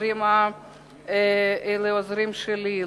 ולעוזרים שלי,